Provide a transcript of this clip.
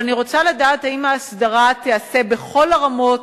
אבל אני רוצה לדעת האם ההסדרה תיעשה בכל הרמות,